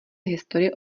historie